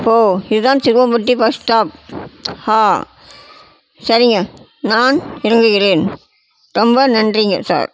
ஓ இதுதான் Siluvampatti bus stop ஹா சரிங்க நான் இறங்குகிறேன் ரொம்ப நன்றிங்க சார்